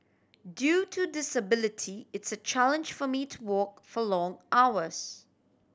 due to disability it's a challenge for me to walk for long hours